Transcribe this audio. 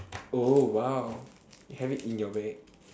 oh !wow! you have it in your bag